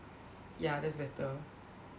ya that's better